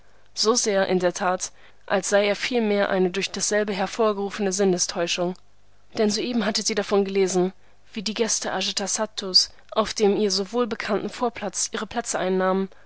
so sehr in der tat als sei er vielmehr eine durch dasselbe hervorgerufene sinnestäuschung denn soeben hatte sie davon gelesen wie die gäste ajatasattus auf dem ihr so wohl bekannten vorplatz ihre plätze einnahmen